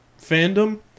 fandom